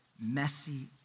messy